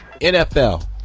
NFL